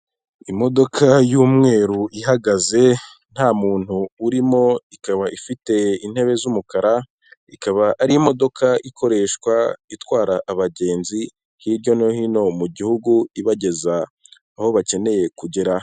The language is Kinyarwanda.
Imodoka y'umweru ihagaze, nta muntu urimo, ikaba ifite intebe z'umukara, ikaba ari imodoka ikoreshwa itwara abagenzi hirya no hino mu gihugu, ibageza aho bakeneye kugera.